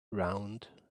round